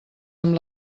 amb